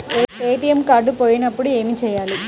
ATM card పోయినప్పుడు ఏమి చేయాలి?